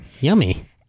Yummy